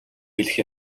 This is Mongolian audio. хэлэх